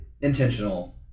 intentional